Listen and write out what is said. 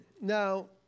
Now